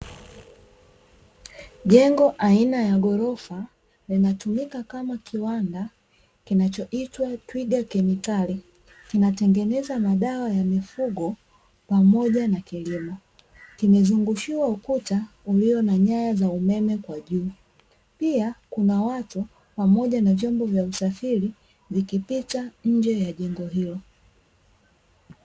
Jengo aina ya ghorofa, linatumika kama kiwanda, kinachoitwa twiga kemikali, kinatengeneza madawa ya mifugo pamoja na kilimo. Kimezungushiwa ukuta ulio na nyaya za umeme kwa juu, pia kuna watu pamoja na vyombo vya usafiri vikipita nje ya jengo hilo.